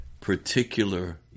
particular